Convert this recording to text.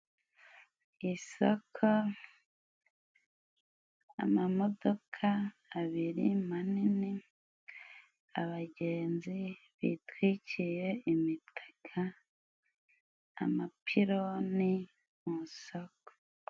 Isaka amamodoka abiri manini, abagenzi bitwikiye imitakaga, amapironi mu soko.